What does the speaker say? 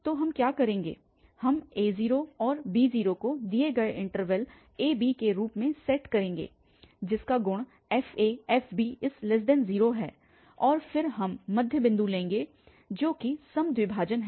तो हम क्या करेंगे हम a० और b० को दिए गए इन्टरवल a b के रूप में सेट करेंगे जिसका गुण fafb0 है और फिर हम मध्य बिंदु लेंगे जो कि समद्विभाजन है